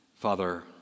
Father